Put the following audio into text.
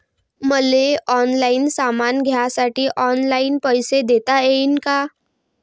मले ऑनलाईन सामान घ्यासाठी ऑनलाईन पैसे देता येईन का?